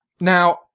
now